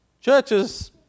Churches